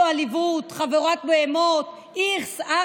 כבר לא יודע על מה לדבר, אתה רוצה?